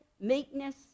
meekness